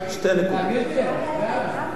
דברי חכמים בנחת נשמעים.